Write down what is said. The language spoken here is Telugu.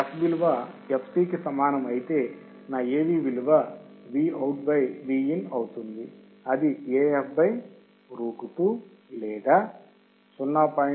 f విలువ fc కి సమానం అయితే నా AV విలువ Vout బై Vin అవుతుంది అది AF బై రూట్ 2 లేదా 0